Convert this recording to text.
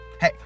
Hey